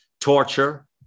torture